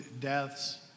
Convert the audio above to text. deaths